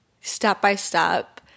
step-by-step